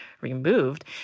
removed